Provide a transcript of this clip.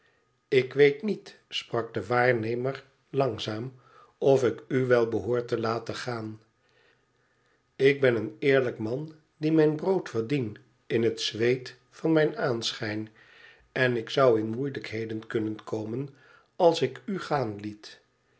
ik weet niet sprak de waarnemer langzaam of ik u wel behoor te laten gaan ik ben een eerlijk man die mijn brood verdien in het zweet van mijn aanschijn en ik zou in moeilijkheden kunnen komen als ik u gaan liet